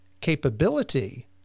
capability